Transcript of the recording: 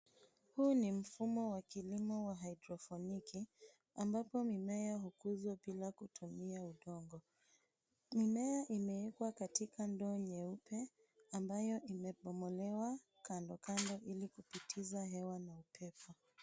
Huu ni mfumo wa kilimo wa haidroponiki ambapo mimea hukuzwa bila kutumia udongo. Mimea imewekwa katika ndoo nyeupe ambayo imebomolewa kando kando ili kupitisha hewa na upepo.